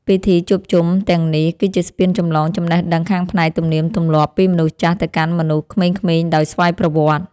ពិធីជួបជុំទាំងនេះ គឺជាស្ពានចម្លងចំណេះដឹងខាងផ្នែកទំនៀមទម្លាប់ពីមនុស្សចាស់ទៅកាន់មនុស្សក្មេងៗដោយស្វ័យប្រវត្តិ។